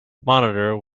monitor